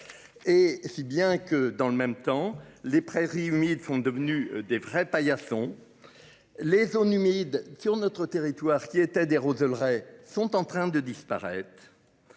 Et si bien que dans le même temps, les prairies humides sont devenus des vrais paillasson. Les zones humides sur notre territoire qui étaient des. Sont en train de disparaître.